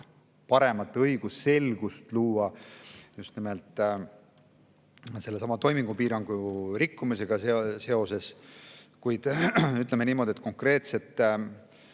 paremat õigusselgust luua just nimelt sellesama toimingupiirangu rikkumisega seoses, kuid, ütleme niimoodi, konkreetset